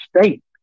State